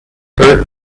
hurt